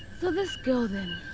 so this girl then.